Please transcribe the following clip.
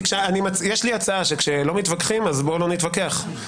יש לי הצעה, כשלא מתווכחים, בואו לא נתווכח.